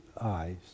eyes